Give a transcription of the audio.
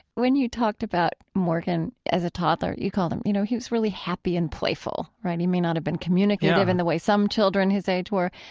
when you talked about morgan as a toddler, you called him, you know, he was really happy and playful, right, he may not have been communicative, yeah, in the way some children his age were.